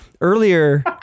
earlier